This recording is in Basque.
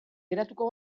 geratuko